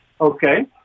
okay